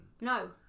no